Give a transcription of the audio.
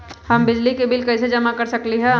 हम बिजली के बिल कईसे जमा कर सकली ह?